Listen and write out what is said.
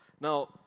Now